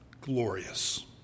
glorious